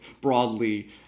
broadly